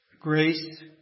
grace